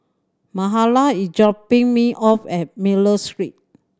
Mahala is dropping me off at Miller Street